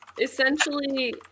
Essentially